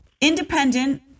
Independent